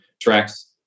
tracks